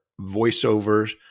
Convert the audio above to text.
voiceovers